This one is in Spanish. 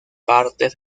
partes